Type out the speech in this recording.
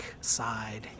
side